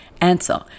Answer